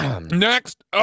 Next